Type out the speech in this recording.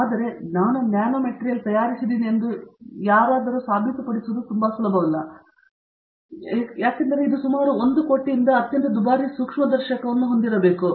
ಆದರೆ ನೀವು ನ್ಯಾನೊಮೇಟಿಯಲ್ ಅನ್ನು ತಯಾರಿಸಿದ್ದೀರಿ ಎಂದು ಯಾರಾದರೂ ಸಾಬೀತುಪಡಿಸಲು ತುಂಬಾ ಸುಲಭವಲ್ಲ ಇದು ಸುಮಾರು 1 ಕೋಟಿ ರಿಂದ ಅತ್ಯಂತ ದುಬಾರಿ ಸೂಕ್ಷ್ಮದರ್ಶಕವನ್ನು ಹೊಂದಿರಬೇಕು